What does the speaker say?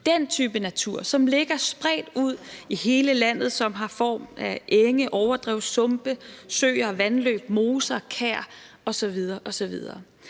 den type natur, som ligger spredt ud i hele landet, som har form af enge, overdrev, sumpe, søer, vandløb, moser, kær osv. osv.